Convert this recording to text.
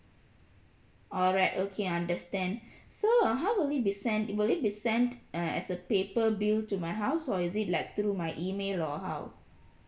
alright okay understand so uh how will we be sent will it be sent uh as a paper bill to my house or is it like through my email or how